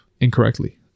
incorrectly